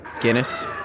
Guinness